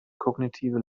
kognitive